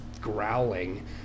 growling